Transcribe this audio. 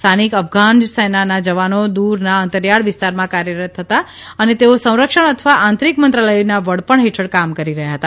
સ્થાનિક અફઘાન સેનાના જવાનો દૂરના આંતરિયાળ વિસ્તારમાં કાર્યરત હતા અને તેઓ સંરક્ષણ અથવા આંતરિક મંત્રાલયના વડપણ હેઠળ કામ કરી રહ્યા હતા